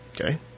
Okay